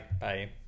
Bye